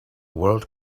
world